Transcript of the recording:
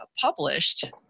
published